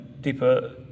deeper